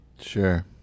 Sure